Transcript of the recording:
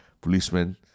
policeman